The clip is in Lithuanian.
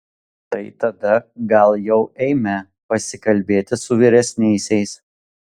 tai tada gal jau eime pasikalbėti su vyresniaisiais